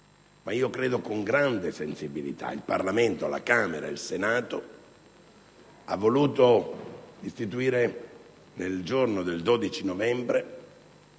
Ma credo che, con grande sensibilità, il Parlamento, la Camera e il Senato, abbiano voluto istituire nel giorno del 12 novembre